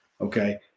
Okay